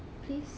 please